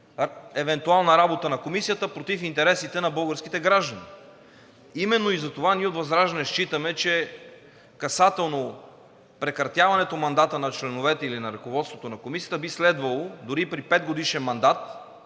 евентуална работа на Комисията против интересите на българските граждани. Именно затова ние от ВЪЗРАЖДАНЕ считаме, че касателно прекратяването мандата на членовете или на ръководството на Комисията би следвало дори и при петгодишен мандат,